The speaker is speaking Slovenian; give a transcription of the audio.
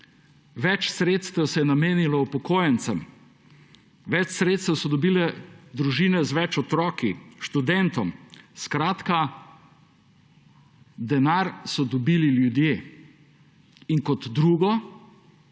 več sredstev se je namenilo upokojencem, več sredstev so dobile družine z več otroki, študenti. Skratka, denar so dobili ljudje. In kot drugo,